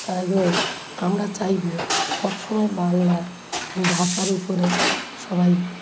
অ্যাবং আমরা চাইবো সব সময় বাংলা ভাষার উপরে সবাই